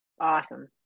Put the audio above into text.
Awesome